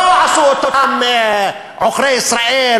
לא עשו אותם עוכרי ישראל,